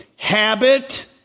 Habit